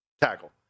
tackle